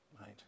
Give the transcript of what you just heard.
right